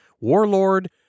Warlord